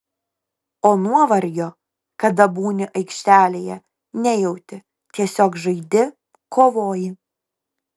o nuovargio kada būni aikštelėje nejauti tiesiog žaidi kovoji